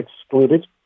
excluded